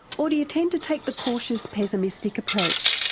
or do you tend to take the cautious pessimistic approach?